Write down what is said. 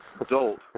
adult